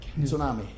tsunami